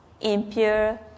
impure